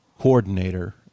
coordinator